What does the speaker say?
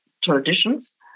traditions